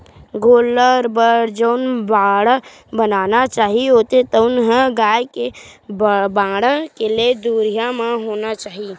गोल्लर बर जउन बाड़ा बनाना चाही होथे तउन ह गाय के बाड़ा ले दुरिहा म होना चाही